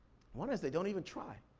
one is they don't even try.